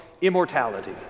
immortality